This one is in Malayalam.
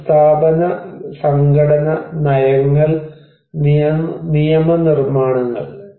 ഒന്ന് സ്ഥാപന സംഘടന നയങ്ങൾ നിയമനിർമ്മാണങ്ങൾ